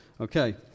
Okay